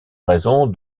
raison